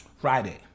Friday